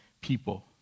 people